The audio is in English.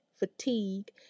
Fatigue